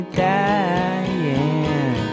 dying